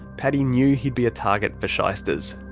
paddy knew he'd be a target for shysters.